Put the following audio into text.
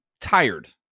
tired